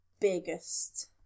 Biggest